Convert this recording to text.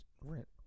rent